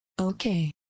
Okay